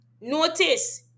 Notice